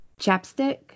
chapstick